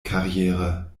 karriere